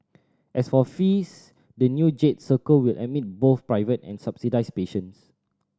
as for fees the new Jade Circle will admit both private and subsidised patients